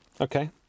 Okay